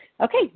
Okay